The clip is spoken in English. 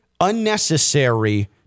unnecessary